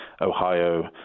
Ohio